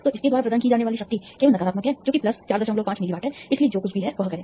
तो इसके द्वारा प्रदान की जाने वाली शक्ति केवल नकारात्मक है जो कि प्लस 45 मिली वाट है इसलिए जो कुछ भी है वह करें